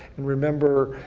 and remember,